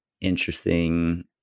interesting